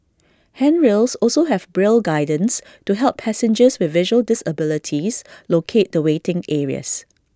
handrails also have braille guidance to help passengers with visual disabilities locate the waiting areas